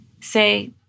Say